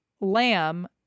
lamb